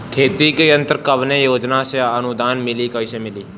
खेती के यंत्र कवने योजना से अनुदान मिली कैसे मिली?